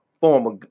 former